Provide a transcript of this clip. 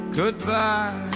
goodbye